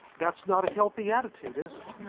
that's not a healthy attitude is it?